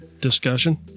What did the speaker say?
discussion